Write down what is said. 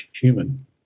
human